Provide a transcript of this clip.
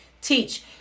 Teach